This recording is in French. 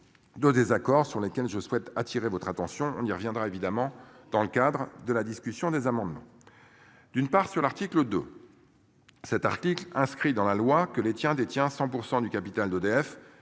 De désaccord sur lesquels je souhaite attirer votre attention, on y reviendra évidemment dans le cadre de la discussion des amendements. D'une part sur l'article de. Cet article inscrit dans la loi que les tiens détient 100% du capital d'EDF.